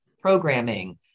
programming